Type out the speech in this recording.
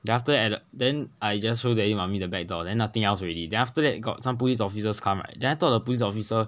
then afterthat then I just show daddy mummy the back door then nothing else already then after that got some police officers come right then I thought the police officer